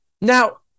Now